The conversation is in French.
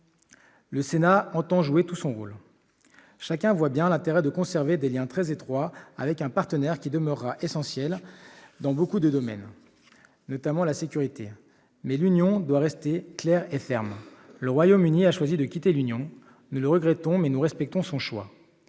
le Sénat entend jouer tout son rôle. Chacun voit bien l'intérêt de conserver des liens très étroits avec un partenaire qui demeurera essentiel dans beaucoup de domaines, notamment la sécurité. Cela étant, l'Union européenne doit rester claire et ferme. Le Royaume-Uni a choisi de quitter l'Union. Nous le regrettons, mais nous respectons son choix,